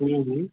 हँ हँ